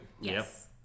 Yes